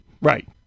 Right